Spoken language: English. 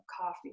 coffee